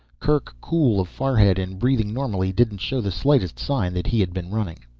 kerk, cool of forehead and breathing normally, didn't show the slightest sign that he had been running.